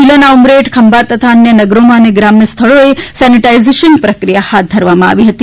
જિલ્લાના ઉમરેઠ ખંભાત તથા અન્ય નગરોમાં અને ગ્રામ્ય સ્થળીએ સેનેટાઇઝેશન પ્રકિયા હાથ ધરવામાં આવી હતી